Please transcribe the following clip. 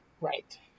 right